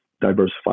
diversify